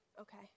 Okay